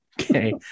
Okay